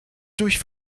durch